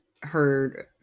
heard